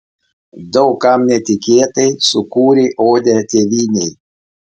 daug kam netikėtai sukūrė odę tėvynei